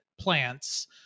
plants